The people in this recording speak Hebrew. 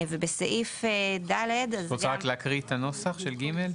ובסעיף (ד) --- את רוצה רק להקריא את הנוסח של (ג)?